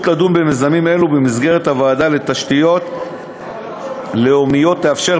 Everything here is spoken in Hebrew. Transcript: האפשרות לדון במיזמים אלה במסגרת הוועדה לתשתיות לאומיות תאפשר,